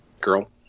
girl